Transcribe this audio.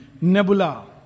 nebula